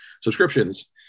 subscriptions